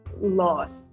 lost